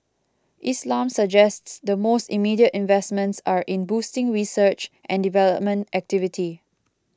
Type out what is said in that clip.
Islam suggests the most immediate investments are in boosting research and development activity